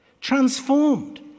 transformed